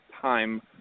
time